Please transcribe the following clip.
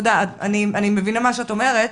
אני מבינה מה שאת אומרת